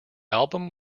album